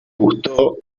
gustó